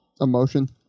Emotion